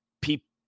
people